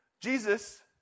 Jesus